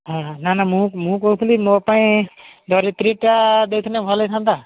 ହଁ ନା ନା ମୁଁ କହୁଥିଲି ମୋ ପାଇଁ ଧରିତ୍ରୀ ଟା ଦେଇଥିଲେ ଭଲ ହୋଇଥାନ୍ତା